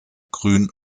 grün